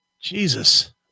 Jesus